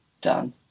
done